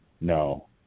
No